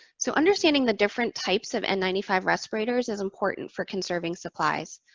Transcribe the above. so understanding the different types of n nine five respirators is important for conserving supplies.